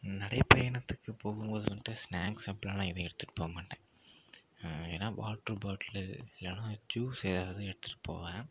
நடைப் பயணத்துக்கு போகும்போது வந்துவிட்டு ஸ்நாக்ஸ் அப்படின்லாம் நான் எதையும் எடுத்துகிட்டு போக மாட்டேன் வேணா வாட்டர் பாட்லு இல்லைன்னா ஜுஸ் ஏதாவது எடுத்துகிட்டு போவேன்